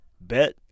Bet